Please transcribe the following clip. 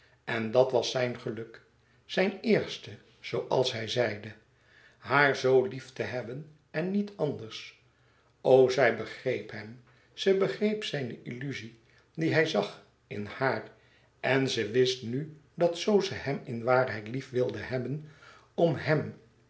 een boek van geluk geluk zijn eerste zooals hij zeide haar z lief te hebben en niet anders o zij begreep hem ze begreep zijne illuzie die hij zag in haar en ze wist nu dat zoo ze hem in waarheid lief wilde hebben om hèm